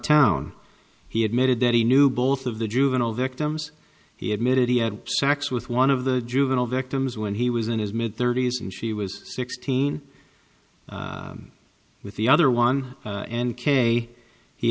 town he admitted that he knew both of the juvenile victims he admitted he had sex with one of the juvenile victims when he was in his mid thirty's and she was sixteen with the other one a